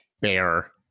bear